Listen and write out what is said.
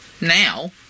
now